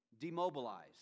Demobilize